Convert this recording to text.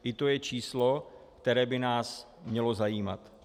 I to je číslo, které by nás mělo zajímat.